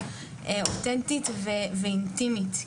אותנטית ואינטימית,